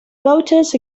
voters